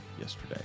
yesterday